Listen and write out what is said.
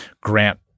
grant